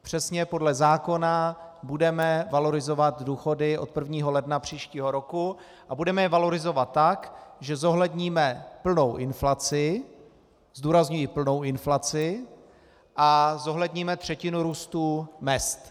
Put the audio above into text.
Přesně podle zákona budeme valorizovat důchody od 1. ledna příštího roku a budeme je valorizovat tak, že zohledníme plnou inflaci zdůrazňuji plnou inflaci a zohledníme třetinu růstu mezd.